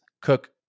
Cook